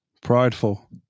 Prideful